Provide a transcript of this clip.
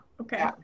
okay